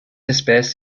espèce